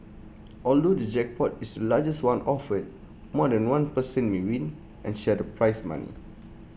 although the jackpot is the largest one offered more than one person may win and share the prize money